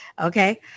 Okay